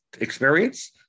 experience